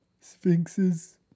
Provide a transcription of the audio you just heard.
Sphinxes